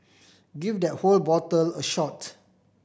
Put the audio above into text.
give that whole bottle a shot